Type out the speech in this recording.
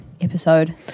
episode